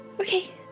okay